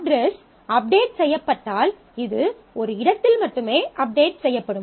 address update செய்யப்பட்டால் இது ஒரு இடத்தில் மட்டுமே அப்டேட் செய்யப்படும்